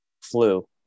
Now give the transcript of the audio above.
flu